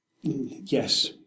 yes